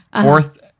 fourth